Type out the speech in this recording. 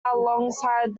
alongside